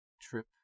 trip